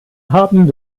haben